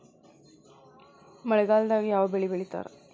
ಮಳೆಗಾಲದಾಗ ಯಾವ ಬೆಳಿ ಬೆಳಿತಾರ?